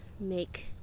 make